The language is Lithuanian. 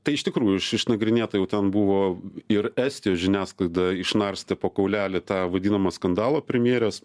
tai iš tikrųjų iš išnagrinėta jau ten buvo ir estijos žiniasklaida išnarstė po kaulelį tą vadinamą skandalą premjerės